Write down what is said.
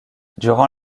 durant